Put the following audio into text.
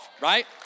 right